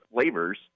flavors